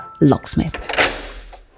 Locksmith